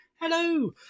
Hello